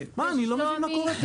בשלומי,